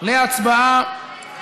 עבדאללה אבו מערוף,